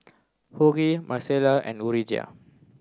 Hughie Marcela and Urijah